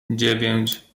dziewięć